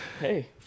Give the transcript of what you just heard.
Hey